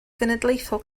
genedlaethol